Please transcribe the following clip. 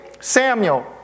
Samuel